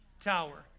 tower